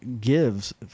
gives